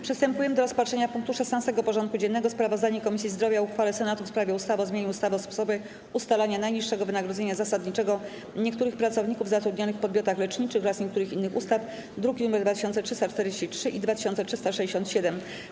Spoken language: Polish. Przystępujemy do rozpatrzenia punktu 16. porządku dziennego: Sprawozdanie Komisji Zdrowia o uchwale Senatu w sprawie ustawy o zmianie ustawy o sposobie ustalania najniższego wynagrodzenia zasadniczego niektórych pracowników zatrudnionych w podmiotach leczniczych oraz niektórych innych ustaw (druki nr 2343 i 2367)